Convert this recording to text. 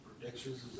predictions